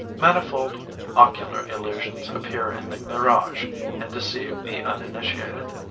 manifold ocular illusions appear in the mirage and deceive the uninitiated.